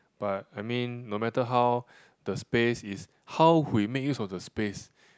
but I mean no matter how the space is how we make use of the space